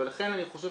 ולכן אני חושב